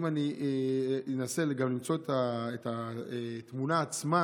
אני אנסה גם למצוא את התמונה עצמה,